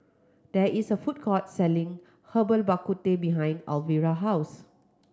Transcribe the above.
there is a food court selling Herbal Bak Ku Teh behind Alvira house